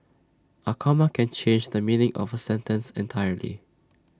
A comma can change the meaning of A sentence entirely